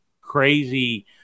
crazy